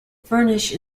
furnish